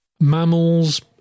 mammals